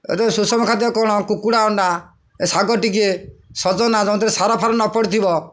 ଏବେ ସୁଷମ ଖାଦ୍ୟ କ'ଣ କୁକୁଡ଼ା ଅଣ୍ଡା ଏ ଶାଗ ଟିକେ ସଜନା ଯେଉଁଥିରେ ସାର ଫାର ନପଡ଼ି ଥିବ